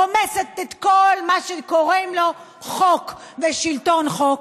רומסת את כל מה שקוראים לו חוק ושלטון חוק.